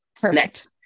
Perfect